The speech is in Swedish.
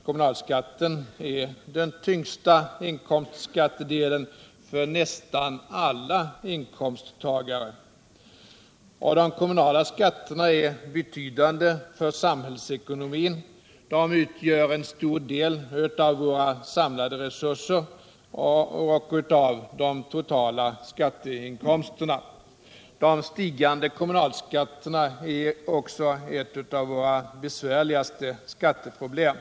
Kommunalskatten är den tyngsta inkomstskattedelen för nästan alla inkomsttagare. De kommunala skatterna är också betydande Nr 41 för samhällsekonomin. De utgör en stor del av våra samlade resurser Onsdagen den och av de totala skatteinkomsterna. De stigande kommunalskatterna är 7 december 1977 också ett av våra besvärligaste skatteproblem.